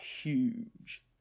huge